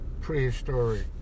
prehistoric